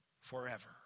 forever